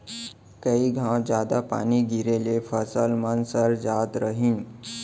कई घौं जादा पानी गिरे ले फसल मन सर जात रहिन